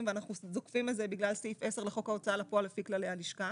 ואנחנו זוקפים את זה בגלל סעיף 10 לחוק ההוצאה לפועל לפי כללי הלשכה.